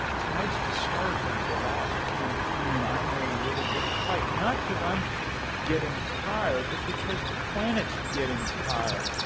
tonight's the start of the last campaign i may really get to fight. not cause i'm getting tired but because the planet's getting tired.